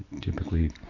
typically